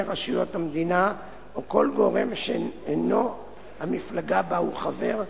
רשויות המדינה או כל גורם שאינו המפלגה שבה הוא חבר,